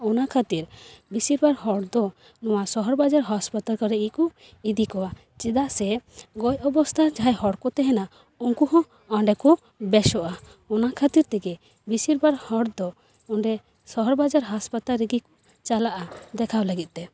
ᱚᱱᱟ ᱠᱷᱟᱹᱛᱤᱨ ᱵᱮᱥᱤᱨ ᱵᱷᱟᱜ ᱦᱚᱲ ᱫᱚ ᱱᱚᱣᱟ ᱥᱚᱦᱚᱨ ᱵᱟᱡᱟᱨ ᱦᱟᱥᱯᱟᱛᱟᱞ ᱠᱚᱨᱮ ᱜᱮᱠᱚ ᱤᱫᱤ ᱠᱚᱣᱟ ᱪᱮᱫᱟᱜ ᱥᱮ ᱜᱚᱡ ᱚᱵᱚᱥᱛᱟ ᱡᱟᱦᱟᱸᱭ ᱦᱚᱲ ᱠᱚ ᱛᱟᱦᱮᱱᱟ ᱩᱱᱠᱩ ᱦᱚᱸ ᱚᱸᱰᱮ ᱠᱚ ᱵᱮᱥᱚᱜᱼᱟ ᱚᱱᱟ ᱠᱷᱟᱹᱛᱤᱨ ᱛᱮᱜᱮ ᱵᱤᱥᱤᱨ ᱵᱷᱟᱜ ᱦᱚᱲ ᱫᱚ ᱚᱸᱰᱮ ᱥᱚᱦᱚᱨ ᱵᱟᱡᱟᱨ ᱦᱟᱥᱯᱟᱛᱟᱞ ᱨᱮᱜᱤ ᱪᱟᱞᱟᱜᱼᱟ ᱫᱮᱠᱷᱟᱣ ᱞᱟᱹᱜᱤᱫ ᱛᱮ